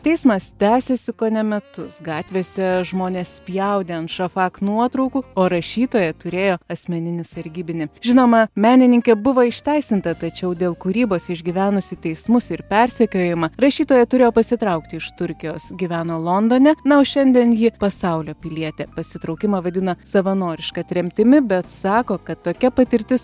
teismas tęsėsi kone metus gatvėse žmonės spjaudė ant šafak nuotraukų o rašytoja turėjo asmeninį sargybinį žinoma menininkė buvo išteisinta tačiau dėl kūrybos išgyvenusi teismus ir persekiojimą rašytoja turėjo pasitraukti iš turkijos gyveno londone na o šiandien ji pasaulio pilietė pasitraukimą vadina savanoriška tremtimi bet sako kad tokia patirtis